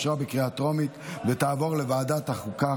אושרה בקריאה טרומית ותעבור לוועדת החוקה,